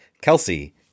Kelsey